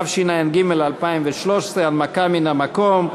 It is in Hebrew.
התשע"ג 2013, הנמקה מן המקום.